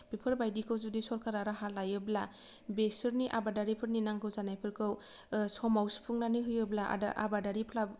बेफोरबायदिखौ जुदि सरकारा राहा लायोब्ला बेसोरनि आबादारिफोरनि नांगौ जानायफोरखौ समाव सुफुंनानै होयोब्ला आबादारिफ्ला